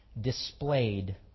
displayed